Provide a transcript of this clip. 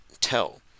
tell